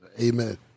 Amen